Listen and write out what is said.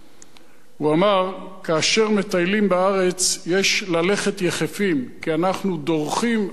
הוא אמר: כאשר מטיילים בארץ יש ללכת יחפים כי אנחנו דורכים על הפסוקים.